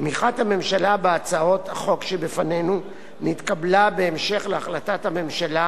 תמיכת הממשלה בהצעות החוק שבפנינו נתקבלה בהמשך להחלטת הממשלה